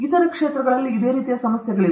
ಇತರ ಕ್ಷೇತ್ರಗಳಲ್ಲಿ ಇದೇ ರೀತಿಯ ಸಮಸ್ಯೆಗಳಿವೆ